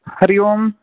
Hari Om